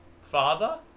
father